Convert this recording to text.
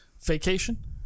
vacation